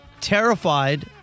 terrified